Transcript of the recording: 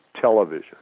television